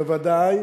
בוודאי,